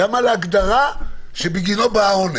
גם על ההגדרה שבגינה בא העונש,